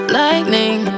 lightning